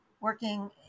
working